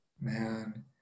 man